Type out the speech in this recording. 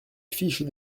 fiche